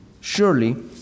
surely